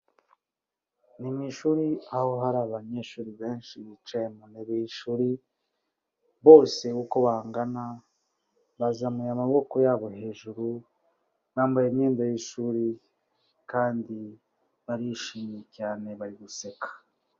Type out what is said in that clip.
Ni mu ishuri aho hari abanyeshuri benshi bicaye mu ntebe y’ishuri, bose uko bangana bazamuye amaboko yabo hejuru, bambaye imyenda y'ishuri kandi barishimye cyane bari guseka.